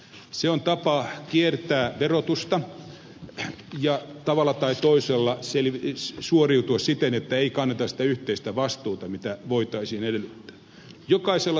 se on tapa kiertää verotusta ja tavalla tai toisella suoriutua siten että ei kanneta sitä yhteistä vastuuta mitä voitaisiin edellyttää